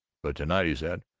but to-night he said,